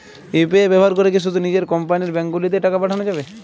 UPI ব্যবহার করে কি শুধু নিজের কোম্পানীর ব্যাংকগুলিতেই টাকা পাঠানো যাবে?